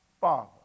Father